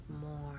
more